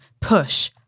push